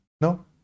No